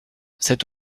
cette